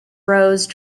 rose